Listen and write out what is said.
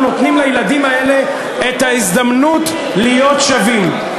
אנחנו נותנים לילדים האלה את ההזדמנות להיות שווים.